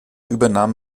übernahm